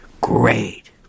Great